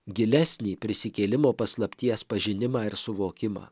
gilesnį prisikėlimo paslapties pažinimą ir suvokimą